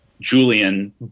Julian